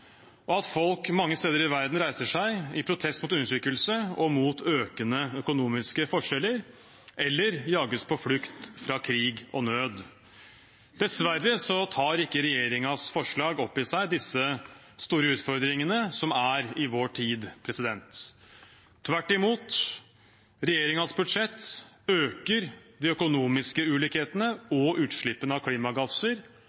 klimapolitikken, at folk mange steder i verden reiser seg i protest mot undertrykkelse og mot økende økonomiske forskjeller, eller jages på flukt fra krig og nød. Dessverre tar ikke regjeringens forslag opp i seg disse store utfordringene som er i vår tid. Tvert imot, regjeringens budsjett øker de økonomiske ulikhetene